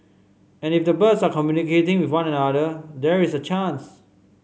and if the birds are communicating with one another there is a chance